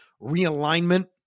realignment